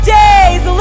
days